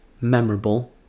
memorable